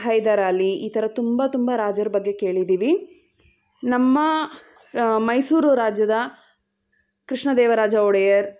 ಹೈದರಾಲಿ ಈ ಥರ ತುಂಬ ತುಂಬ ರಾಜರ ಬಗ್ಗೆ ಕೇಳಿದ್ದೀವಿ ನಮ್ಮ ಮೈಸೂರು ರಾಜ್ಯದ ಕೃಷ್ಣದೇವರಾಜ ಒಡೆಯರ್